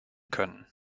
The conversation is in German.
können